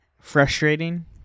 frustrating